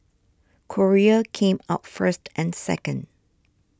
Korea came out first and second